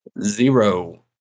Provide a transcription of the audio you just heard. Zero